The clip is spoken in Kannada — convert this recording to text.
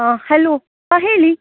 ಹಾಂ ಹಲೋ ಹಾಂ ಹೇಳಿ